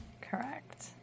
correct